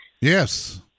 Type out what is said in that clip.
Yes